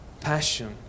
passion